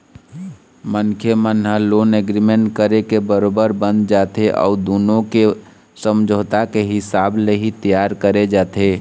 मनखे मन ह लोन एग्रीमेंट करके बरोबर बंध जाथे अउ दुनो के समझौता के हिसाब ले ही तियार करे जाथे